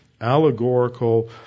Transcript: allegorical